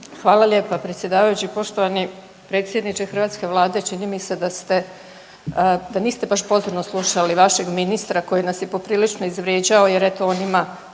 Hvala lijepa predsjedavajući. Poštovani predsjedniče hrvatske vlade čini mi se da ste, da niste baš pozorno slušali vašeg ministra koji nas je poprilično izvrijeđao jer eto on ima